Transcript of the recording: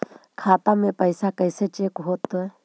खाता में पैसा कैसे चेक हो तै?